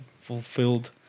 fulfilled